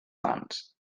mans